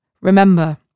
remember